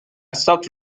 stopped